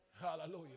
Hallelujah